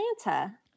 Atlanta